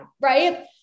right